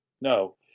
no